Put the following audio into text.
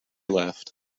left